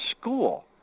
school